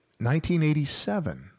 1987